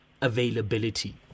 availability